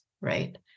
right